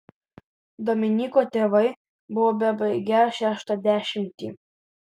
dominyko tėvai buvo bebaigią šeštą dešimtį